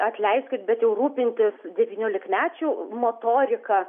atleiskit bet jau rūpintis devyniolikmečių motorika